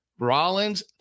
Rollins